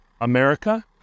America